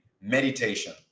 Meditation